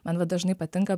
man va dažnai patinka